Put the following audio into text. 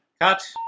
Cut